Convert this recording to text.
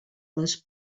les